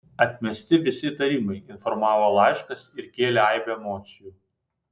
atmesti visi įtarimai informavo laiškas ir kėlė aibę emocijų